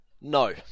No